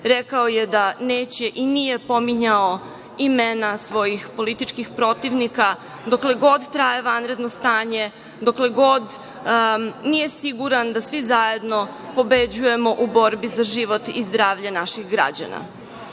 rekao je da neće i nije pominjao imena svojih političkih protivnika dokle god traje vanredno stanje, dokle god nije siguran da svi zajedno pobeđujemo u borbi za život i zdravlje naših građana.Za